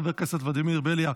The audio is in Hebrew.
חבר הכנסת ולדימיר בליאק,